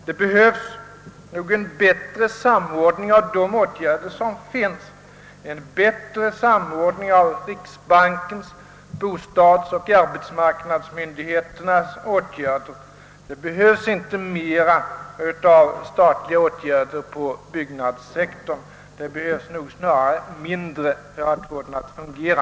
Det behövs bättre samordning av de åtgärder som nu kan vidtas, bättre samordning av riksbankens och bostadsoch arbetsmarknadsmyndigheternas <verksamhet. Det behövs inte mer av statliga åtgärder inom byggnadssektorn — det behövs snarare mindre, om denna sektor skall fungera.